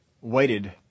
waited